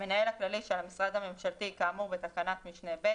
המנהל הכללי של המשרד הממשלתי כאמור בתקנת משנה (ב),